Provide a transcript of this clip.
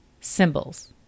Symbols